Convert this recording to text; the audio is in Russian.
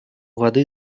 воды